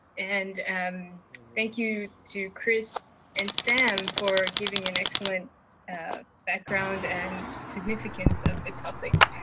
and thank you to chris and sam for giving an excellent background and significance of the topic.